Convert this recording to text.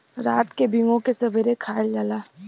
रात के भिगो के सबेरे खायल जाला